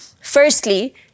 Firstly